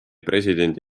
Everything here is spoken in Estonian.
presidendi